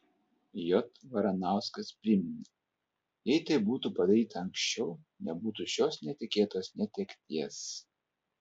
j varanauskas priminė jei tai būtų padaryta anksčiau nebūtų šios netikėtos netekties